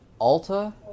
Alta